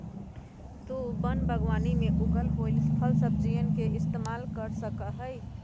तु वन बागवानी में उगल होईल फलसब्जियन के इस्तेमाल कर सका हीं